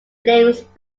flames